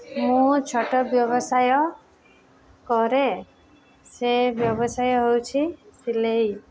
ମୁଁ ଛୋଟ ବ୍ୟବସାୟ କରେ ସେ ବ୍ୟବସାୟ ହେଉଛି ସିଲେଇ